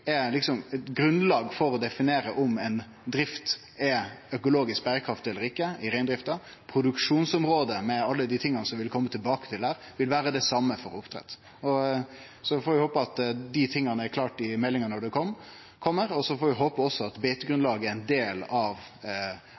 for å definere om ei drift er økologisk berekraftig eller ikkje i reindrifta – produksjonsområde med alle dei spørsmåla som ein vil kome tilbake til der, vil vere det same for oppdrett. Så får vi håpe at dette er klart i meldinga når ho kjem, og så får vi håpe òg at beitegrunnlaget er ein del av